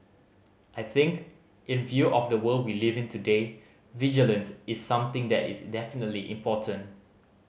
I think in view of the world we live in today vigilance is something that is definitely important